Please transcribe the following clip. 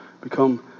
become